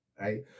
right